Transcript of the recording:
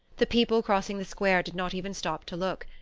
the people crossing the square did not even stop to look.